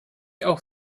auch